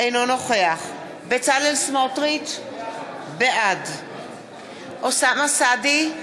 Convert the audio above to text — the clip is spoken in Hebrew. אינו נוכח בצלאל סמוטריץ, בעד אוסאמה סעדי,